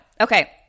Okay